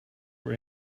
were